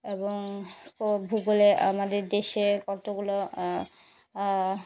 এবং ভূগোলে আমাদের দেশে কতগুলো